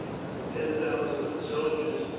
but the ten thousand are soldiers,